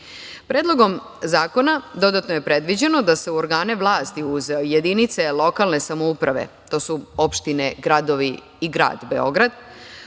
prava. Predlogom zakona dodatno je predviđeno da se u organe vlasti uz jedinice lokalne samouprave, to su opštine, gradovi i grad Beograd